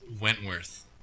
Wentworth